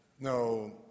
no